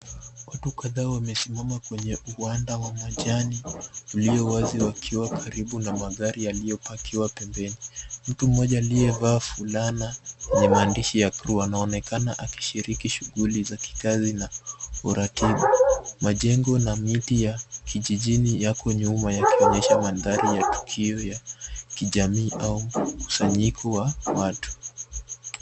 Watu kadhaa wamesimama kwenye uwanda wa majani ulio wazi wakiwa karibu na magari yaliyopakiwa pembeni. Mtu mmoja aliyevaa fulana yenye maandishi ya crew anaonekana akishiriki shughuli za kikazi na uratibu. Majengo na miti ya kijijini yako nyuma yakionyesha mandhari ya tukio ya kijamii au mkusanyiko wa watu.